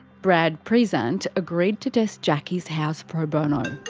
brad prezant agreed to test jacki's house pro bono.